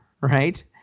right